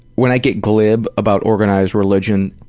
when i get glib about organized religion,